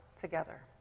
together